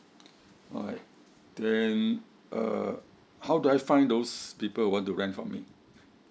alright then uh how do I find those people who want to rent from me